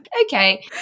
Okay